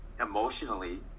emotionally